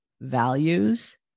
values